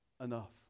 enough